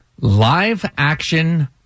live-action